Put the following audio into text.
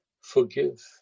forgive